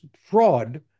fraud